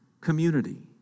community